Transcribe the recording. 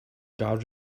guard